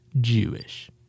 Jewish